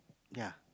ya